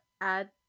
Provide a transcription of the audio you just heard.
add